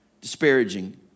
disparaging